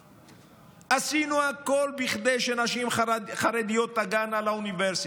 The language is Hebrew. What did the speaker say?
עשינו הכול כדי שנשים חרדיות תגענה לאוניברסיטה.